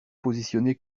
positionné